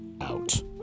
Out